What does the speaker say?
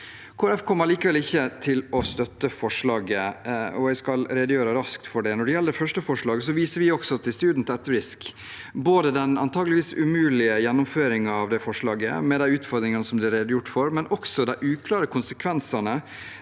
kommer likevel ikke til å støtte forslaget, og jeg skal redegjøre raskt for det. Når det gjelder det første forslaget, viser vi til Students at Risk og den antakeligvis umulige gjennomføringen av forslaget med de utfordringene det er redegjort for, men også de uklare konsekvensene